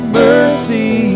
mercy